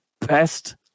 best